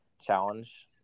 challenge